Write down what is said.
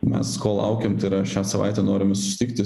mes ko laukėm tai yra šią savaitę norim susitikti